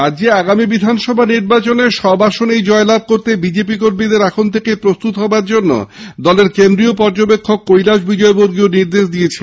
রাজ্যে আগামী বিধানসভা নির্বাচনে সব আসনেই জয়লাভ করতে বিজেপি কর্মীদের এখন থেকেই প্রস্তুত হওয়ার জন্য দলের কেন্দ্রীয় পর্যবেক্ষক কৈলাস বিজয়বর্গীয় নির্দেশ দিয়েছেন